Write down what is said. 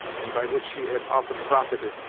and by which she had often profited,